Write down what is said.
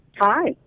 Hi